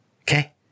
Okay